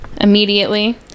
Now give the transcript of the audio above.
Immediately